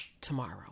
tomorrow